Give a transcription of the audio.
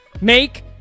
Make